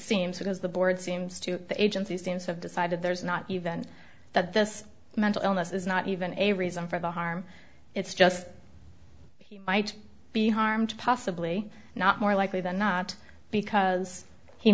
seems because the board seems to the agency seems have decided there's not even that this mental illness is not even a reason for the harm it's just he might be harmed possibly not more likely than not because he